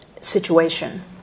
situation